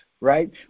right